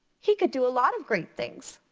he could do a lot of great things.